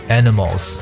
animals